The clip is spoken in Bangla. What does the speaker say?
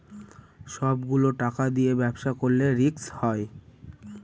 সব গুলো টাকা দিয়ে ব্যবসা করলে রিস্ক হয়